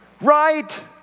right